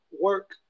work